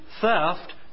theft